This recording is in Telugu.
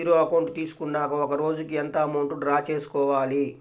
జీరో అకౌంట్ తీసుకున్నాక ఒక రోజుకి ఎంత అమౌంట్ డ్రా చేసుకోవాలి?